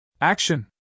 Action